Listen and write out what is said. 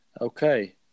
Okay